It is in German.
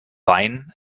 wein